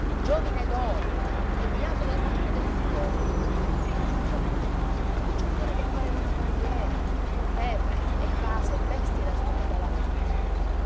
giovine d'oro cognato del maggiore dei figliuoli pitrinu cinquemani quel picciottone che pareva una bandiera con terre e case e bestie da soma e da lavoro